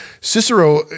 Cicero